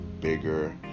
bigger